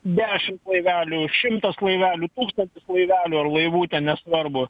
dešimt laivelių šimtas laivelių tūkstan laivelių ar laivų nesvarbu